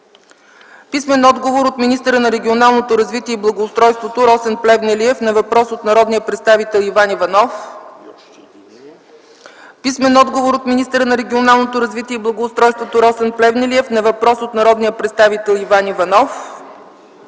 Иван Иванов; - от министъра на регионалното развитие и благоустройството Росен Плевнелиев на въпрос от народния представител Иван Иванов; - от министъра на регионалното развитие и благоустройството Росен Плевнелиев на въпрос от народния представител Иван Иванов;